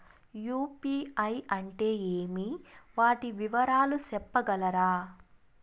UPI అంటే ఏమి? వాటి వివరాలు సెప్పగలరా?